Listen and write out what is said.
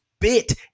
bit